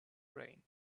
rain